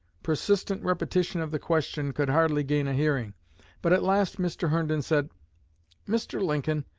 persistent repetition of the question could hardly gain a hearing but at last mr. herndon said mr. lincoln,